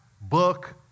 book